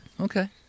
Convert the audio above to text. Okay